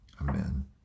amen